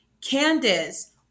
Candice